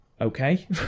Okay